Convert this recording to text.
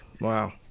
Wow